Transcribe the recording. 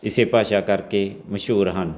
ਇਸ ਭਾਸ਼ਾ ਕਰਕੇ ਮਸ਼ਹੂਰ ਹਨ